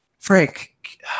frank